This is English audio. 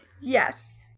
Yes